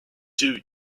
two